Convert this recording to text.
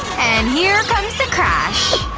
and here comes the crash!